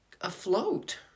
afloat